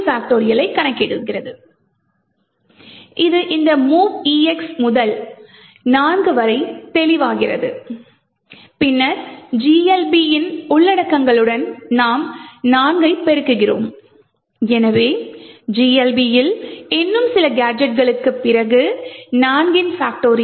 ஐக் கணக்கிடுவோம் இது இந்த mov EX முதல் 4 வரை தெளிவாகிறது பின்னர் GLB யின் உள்ளடக்கங்களுடன் நாம் 4 ஐ பெருக்குகிறோம் எனவே GLB இல் இன்னும் சில கேஜெட்களுக்குப் பிறகு 4